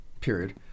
period